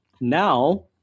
Now